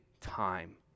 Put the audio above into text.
time